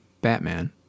Batman